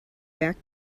back